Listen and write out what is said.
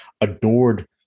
adored